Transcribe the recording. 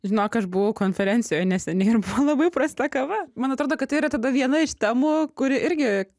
žinok aš buvau konferencijoj neseniai ir buvo labai prasta kava man atrodo kad tai yra tada viena iš temų kuri irgi